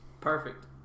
Perfect